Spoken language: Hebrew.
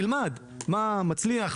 תלמד מה מצליח,